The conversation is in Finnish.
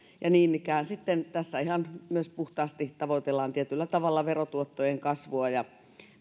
niin ikään tässä myös ihan puhtaasti tavoitellaan tietyllä tavalla verotuottojen kasvua ja